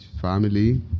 family